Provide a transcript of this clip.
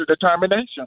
determination